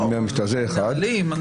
הנהלים.